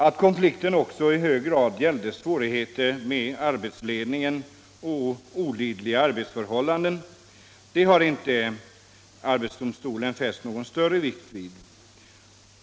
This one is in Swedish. Att konflikten också i hög grad gällde svårigheter med arbetsledningen och olidliga arbetsförhållanden har arbetsdomstolen inte fäst någon större vikt vid.